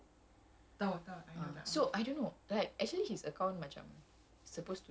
every night there will be at least one from there burger king dekat the C_C